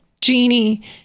genie